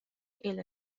إلى